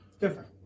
Different